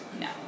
No